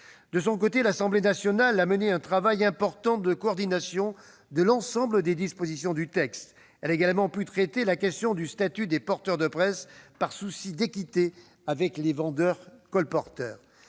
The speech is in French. De son côté, l'Assemblée nationale a mené un important travail de coordination de l'ensemble des dispositions du texte. Elle a également pu traiter la question du statut des porteurs de presse, par souci d'équité avec les vendeurs colporteurs.